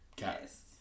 Yes